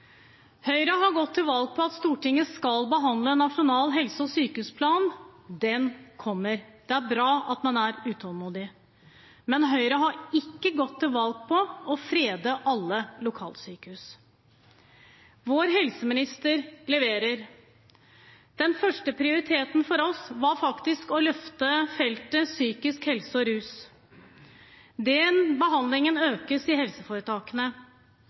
Høyre har gått til valg på at Stortinget skal behandle en nasjonal helse- og sykehusplan – den kommer. Det er bra at man er utålmodig. Men Høyre har ikke gått til valg på å frede alle lokalsykehus. Vår helseminister leverer. Førsteprioriteten for oss var faktisk å løfte feltet psykisk helse og rus. Den behandlingen økes i helseforetakene.